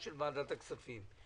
ולוועדת הכספים יש שפה שנייה.